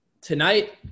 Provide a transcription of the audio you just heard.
tonight